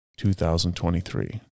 2023